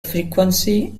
frequency